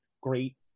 great